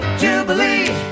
jubilee